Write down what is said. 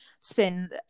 spend